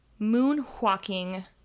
moonwalking